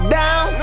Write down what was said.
down